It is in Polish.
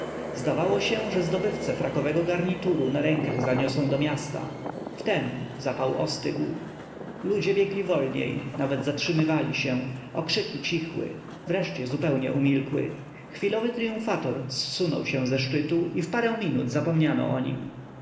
zdawało się że zdobywcę frakowego garnituru na rękach zaniosą do miasta wtem zapał ostygł ludzie biegli wolniej nawet zatrzymywali się okrzyki cichły wreszcie zupełnie umilkły chwilowy tryumfator zsunął się ze szczytu i w parę minut zapomniano o nim